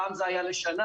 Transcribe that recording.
פעם זה היה לשנה,